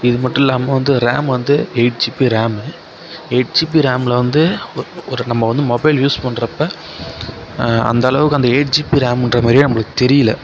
இது மட்டும் இல்லாமேல் வந்து ரேம் வந்து eight GB RAM eight GB ரேமில் வந்து ஒரு நம்ம வந்து மொபைல் யூஸ் பண்றப்போ அந்த அளவுக்கு அந்த எயிட் ஜிபி ரேம்ன்ற மாதிரியே நம்மளுக்கு தெரியலை